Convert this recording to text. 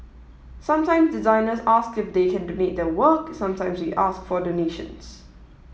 sometimes designers ask if they can donate their work sometimes we ask for donations